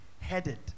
headed